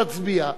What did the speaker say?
תצביע,